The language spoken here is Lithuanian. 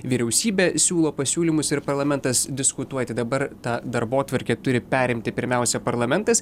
vyriausybė siūlo pasiūlymus ir parlamentas diskutuoti dabar tą darbotvarkę turi perimti pirmiausia parlamentas